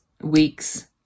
weeks